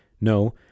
No